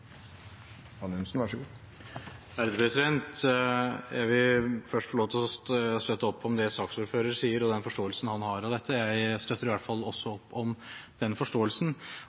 Jeg vil først få lov til å støtte opp om det som saksordføreren sier, og den forståelsen han har av dette. Dette er ikke en uenighet om det faglige grunnlaget. Jeg tror alle er enige om